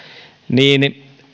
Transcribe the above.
niin